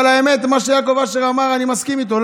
אבל האמת, מה שיעקב אשר אמר, אני מסכים איתו.